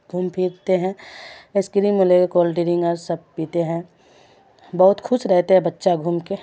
گھوم پھرتے ہیں ایس کریم لے کے کول ڈرنک اور سب پیتے ہیں بہت خوش رہتے ہیں بچہ گھوم کے